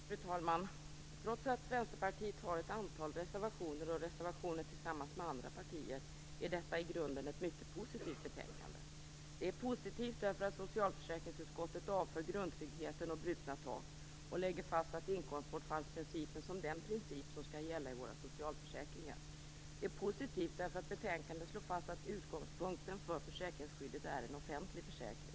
Fru talman! Trots att Vänsterpartiet har ett antal egna reservationer och reservationer tillsammans med andra partier är detta i grunden ett mycket positivt betänkande. Det är positivt därför att socialförsäkringsutskottet avför grundtryggheten och brutna tak och lägger fast inkomstbortfallsprincipen som den princip som skall gälla i våra socialförsäkringar. Det är positivt därför att betänkandet slår fast att utgångspunkten för försäkringsskyddet är en offentlig försäkring.